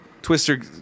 Twister